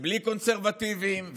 בלי קונסרבטיבים.